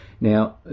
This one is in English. Now